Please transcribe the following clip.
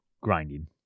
grinding